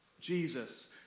Jesus